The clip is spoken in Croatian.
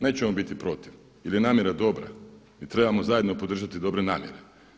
Nećemo biti protiv jer je namjera dobra i trebamo zajedno podržati dobre namjere.